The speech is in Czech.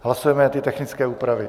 Hlasujeme ty technické úpravy.